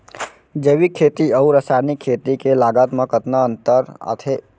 जैविक खेती अऊ रसायनिक खेती के लागत मा कतना अंतर आथे?